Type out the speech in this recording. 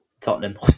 Tottenham